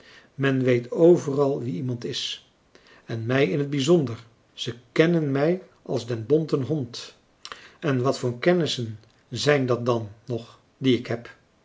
men weet overal wie iemand is en mij in het bijzonder ze kennen mij als den bonten hond en wat voor kennissen zijn dat dan nog die ik heb